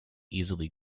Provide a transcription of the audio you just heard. easily